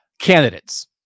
Candidates